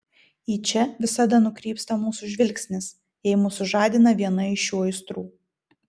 į čia visada nukrypsta mūsų žvilgsnis jei mus sužadina viena iš šių aistrų